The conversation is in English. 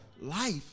life